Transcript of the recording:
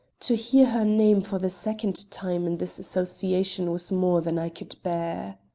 to hear her name for the second time in this association was more than i could bear.